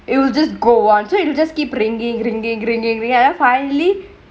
it will just go on you you just keep ringkingk ringkingk ringkingk we I finally